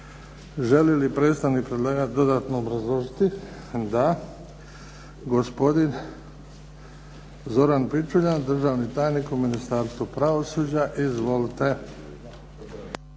Želi li predstavnik predlagatelja dodatno obrazložiti? DA. Gospodin Zoran Pičuljan, državni tajnik u Ministarstvu pravosuđa. Izvolite.